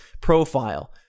profile